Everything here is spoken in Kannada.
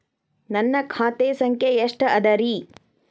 ನನ್ನ ಖಾತೆ ಸಂಖ್ಯೆ ಎಷ್ಟ ಅದರಿ?